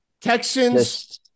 Texans